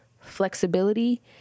flexibility